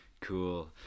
Cool